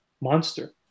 monster